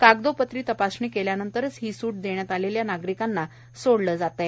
कागदोपत्री तपासणी केल्यानंतरच ही सूट देण्यात आलेल्या नागरिकांना सोडले जात आहे